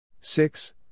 six